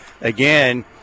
again